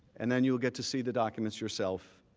and and you will get to see the documents yourself,